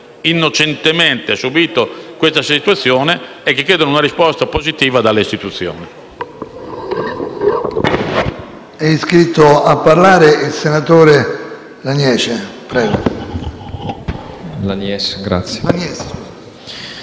innocentemente subìto questa situazione e che chiedono una risposta positiva dalle istituzioni.